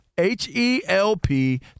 H-E-L-P